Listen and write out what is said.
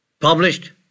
published